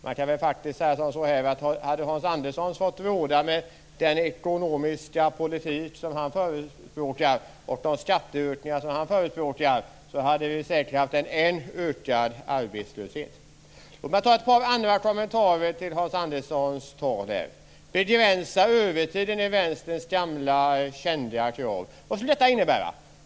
Man kan faktiskt säga som så att hade Hans Andersson fått råda, med den ekonomiska politik som han förespråkar och de skatteökningar som han förespråkar, hade vi säkert haft en än mer ökad arbetslöshet. Låt mig göra ett par andra kommentarer till Hans Att begränsa övertiden är Vänsterns gamla kända krav. Vad skulle detta innebära?